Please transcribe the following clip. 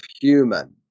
human